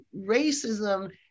racism